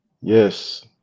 Yes